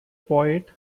poet